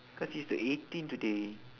cause it's the eighteen today